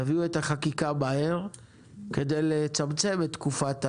תביאו את החקיקה מהר כדי לצמצם את תקופת הביניים.